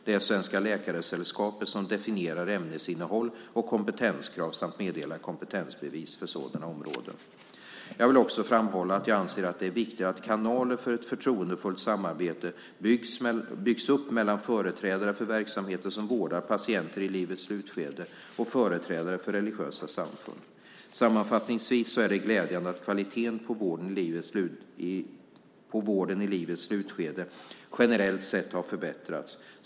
Det är Svenska Läkaresällskapet som definierar ämnesinnehåll och kompetenskrav samt meddelar kompetensbevis för sådana områden. Jag vill också framhålla att jag anser att det är viktigt att kanaler för ett förtroendefullt samarbete byggs upp mellan företrädare för verksamheter som vårdar patienter i livets slutskede och företrädare för religiösa samfund. Sammanfattningsvis är det glädjande att kvaliteten på vården i livets slutskede generellt sett har förbättrats.